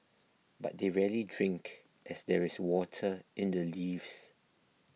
but they rarely drink as there is water in the leaves